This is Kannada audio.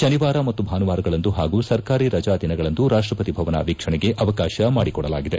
ಶನಿವಾರ ಮತ್ತು ಭಾನುವಾರಗಳಂದು ಹಾಗೂ ಸರ್ಕಾರಿ ರಜಾ ದಿನಗಳಂದು ರಾಷ್ಟಪತಿ ಭವನ ವೀಕ್ಷಣೆಗೆ ಅವಕಾಶ ಮಾಡಿಕೊಡಲಾಗಿದೆ